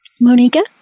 Monica